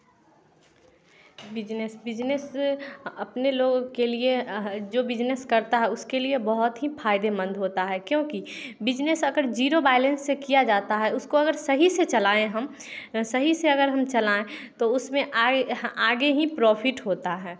business business अपने लोग के लिए जो बिजनेस करता है उसके लिए बहुत ही फ़ायदेमंद होता है क्योंकि बिजनेस अगर जीरो बैलेंस से किया जाता है उसको अगर सही से चलाएँ हम सही से अगर हम चलाएँ तो उसमें आए आगे ही प्रॉफिट होता है